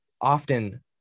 often